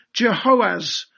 Jehoaz